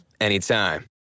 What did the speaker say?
anytime